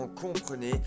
comprenez